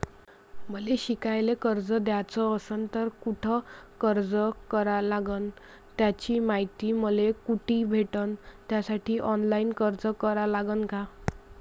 मले शिकायले कर्ज घ्याच असन तर कुठ अर्ज करा लागन त्याची मायती मले कुठी भेटन त्यासाठी ऑनलाईन अर्ज करा लागन का?